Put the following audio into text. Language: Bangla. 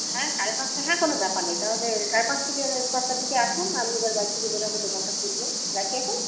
হ্যাঁ সাড়ে পাঁচটা হ্যাঁ কোনো ব্যাপার নেই তাহলে সাড়ে পাঁচটার দিকে পাঁচটার দিকে আসুন আমি এবার বাড়ি থেকে বেরাবো দোকানটা খুলবো রাখি এখন